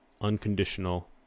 unconditional